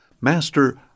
MASTER